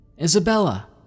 Isabella